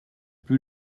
plus